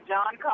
John